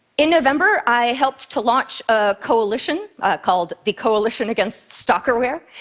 in november i helped to launch a coalition called the coalition against stalkerware,